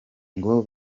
ngo